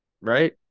right